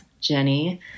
Jenny